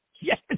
Yes